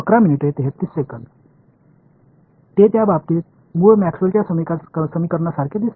विद्यार्थीः ते त्या बाबतीत मूळ मॅक्सवेलच्या समीकरणांसारखे दिसतात